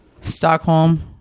Stockholm